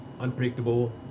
unpredictable